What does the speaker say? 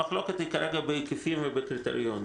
המחלוקת היא כרגע על ההיקפים והקריטריונים.